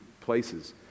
places